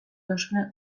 josune